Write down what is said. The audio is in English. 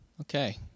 Okay